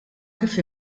kif